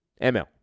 ML